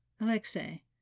Alexei